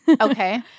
Okay